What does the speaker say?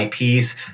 IPs